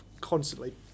constantly